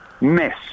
mess